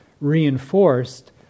reinforced